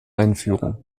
einführung